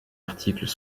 articles